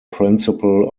principle